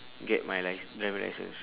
get my licence driving licence